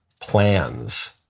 plans